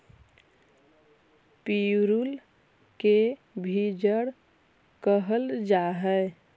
पिरुल के भी चीड़ कहल जा हई